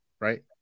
right